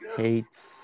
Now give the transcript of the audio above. hates